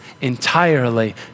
entirely